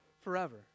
forever